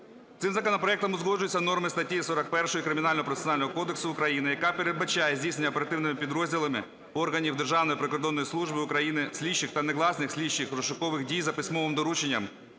Цим законопроектом узгоджується норма статті 41 Кримінально-процесуального кодексу України, яка передбачає здійснення оперативними підрозділами органів Державної прикордонної служби України слідчих та негласних слідчих (розшукових) дій за письмовим дорученням